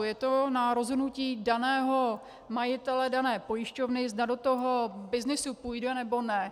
Je to na rozhodnutí daného majitele dané pojišťovny, zda do toho byznysu půjde, nebo ne.